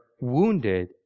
wounded